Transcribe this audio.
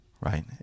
right